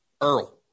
Earl